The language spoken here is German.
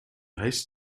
heißt